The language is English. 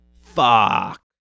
Fuck